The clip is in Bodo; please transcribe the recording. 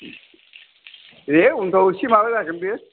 दे उनफ्राव एसे माबा जागोन बेयो